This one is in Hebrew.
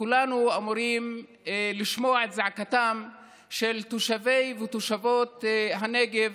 וכולנו אמורים לשמוע את זעקתם של תושבי ותושבות הנגב.